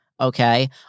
okay